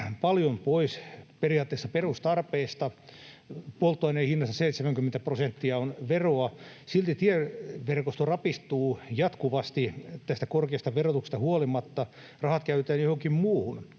paljon pois periaatteessa perustarpeista. Polttoaineen hinnasta 70 prosenttia on veroa. Silti tieverkosto rapistuu jatkuvasti tästä korkeasta verotuksesta huolimatta. Rahat käytetään johonkin muuhun.